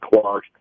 Clark